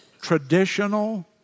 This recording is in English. traditional